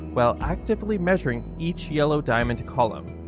while actively measuring each yellow diamond column.